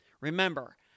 Remember